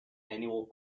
annual